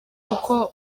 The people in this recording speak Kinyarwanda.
uko